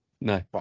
No